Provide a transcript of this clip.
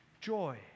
joy